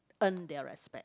earn their respect